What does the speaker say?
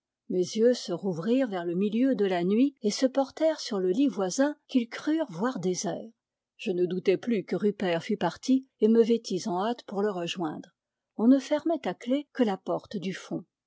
mes yeux se rouvrirent vers le milieu de la nuit et se portèrent sur le lit voisin qu'ils crurent voir désert je ne doutai plus que rupert fût parti et me vêtis en hâte pour le rejoindre on ne fermait à clef que la porte du fond